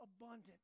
abundant